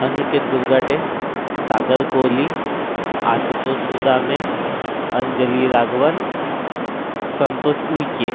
Aniket Bujgate Sagal Kohli Ashutosh Sudame Anjali Raghavan Santosh Uike